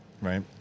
right